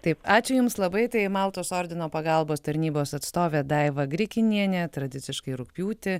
taip ačiū jums labai tai maltos ordino pagalbos tarnybos atstovė daiva grikinienė tradiciškai rugpjūtį